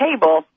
table